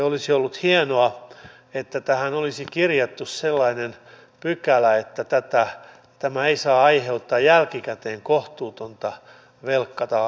olisi ollut hienoa että tähän olisi kirjattu sellainen pykälä että tämä ei saa aiheuttaa jälkikäteen kohtuutonta velkataakkaa kenellekään